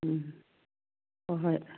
ꯎꯝ ꯍꯣꯏ ꯍꯣꯏ